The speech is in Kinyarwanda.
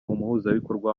umuhuzabikorwa